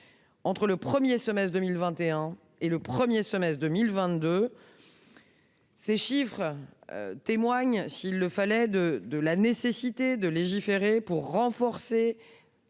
entre le premier semestre 2021 et le premier semestre 2022 ! De tels chiffres démontrent, s'il le fallait, qu'il est nécessaire de légiférer pour renforcer